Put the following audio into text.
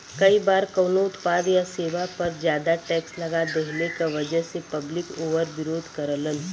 कई बार कउनो उत्पाद या सेवा पर जादा टैक्स लगा देहले क वजह से पब्लिक वोकर विरोध करलन